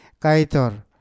kaitor